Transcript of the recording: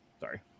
sorry